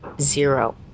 zero